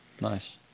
Nice